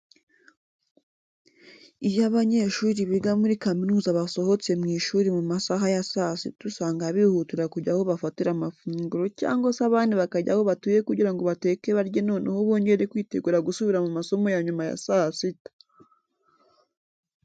Iyo abanyeshuri biga muri kaminuza basohotse mu ishuri mu masaha ya saa sita usanga bihutira kujya aho bafatira amafunguro cyangwa se abandi bakajya aho batuye kugira ngo bateke barye noneho bongere kwitegura gusubira mu masomo ya nyuma ya saa sita.